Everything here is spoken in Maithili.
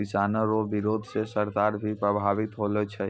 किसानो रो बिरोध से सरकार भी प्रभावित होलो छै